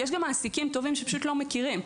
כי יש גם מעסיקים טובים שפשוט לא מכירים,